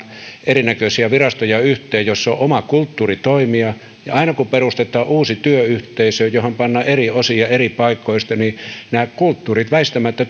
näköisiä virastoja joissa on oma kulttuuri toimia aina kun perustetaan uusi työyhteisö johon pannaan eri osia eri paikoista nämä kulttuurit väistämättä